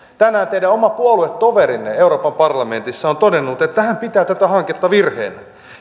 tänään teidän oma puoluetoverinne euroopan parlamentissa on todennut että hän pitää tätä hanketta virheenä